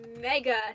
Mega